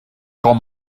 com